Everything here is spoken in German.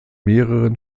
mehreren